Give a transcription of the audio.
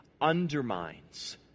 undermines